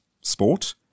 sport